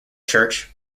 church